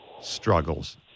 struggles